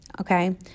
Okay